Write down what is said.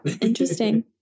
interesting